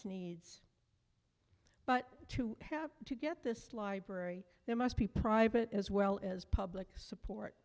needs but to have to get this library there must be private as well as public support